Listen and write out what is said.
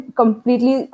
completely